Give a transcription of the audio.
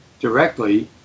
directly